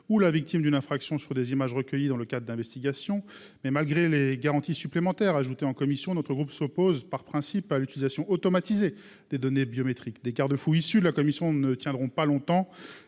ou la victime d'une infraction sur les images recueillies dans le cadre d'investigations. Malgré les garanties supplémentaires ajoutées en commission, notre groupe s'oppose par principe à l'utilisation automatisée des données biométriques. Les garde-fous issus de la commission ne tiendront pas longtemps